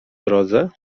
drodze